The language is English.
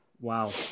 wow